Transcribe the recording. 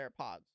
AirPods